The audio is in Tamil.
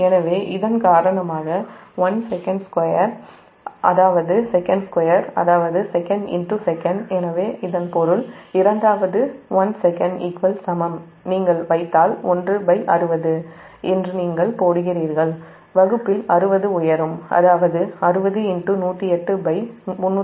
எனவே இதன் காரணமாக 1 sec2 அதாவது sec2 அதாவது secsec எனவே இதன் இரண்டாவது பொருள் 1 sec சமம் நீங்கள் வைத்தால் 160 என்று நீங்கள் போடுகிறீர்கள் வகுப்பில் 60 உயரும் அதாவது 60108360 rpmsec